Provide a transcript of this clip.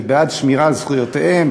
אני בעד שמירה על זכויותיהם,